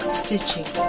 stitching